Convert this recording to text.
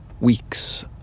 weeks